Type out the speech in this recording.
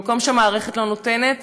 במקום שהמערכת לא נותנת,